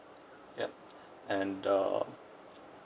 yup and uh